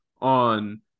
on